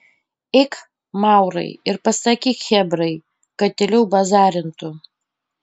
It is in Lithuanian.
eik maurai ir pasakyk chebrai kad tyliau bazarintų